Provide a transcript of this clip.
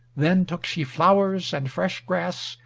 then took she flowers, and fresh grass,